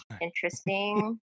interesting